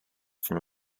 from